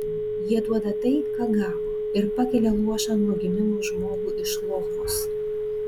jie duoda tai ką gavo ir pakelia luošą nuo gimimo žmogų iš lovos